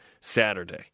Saturday